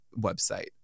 website